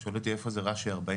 הוא שואל אותי 'איפה זה רש"י 40',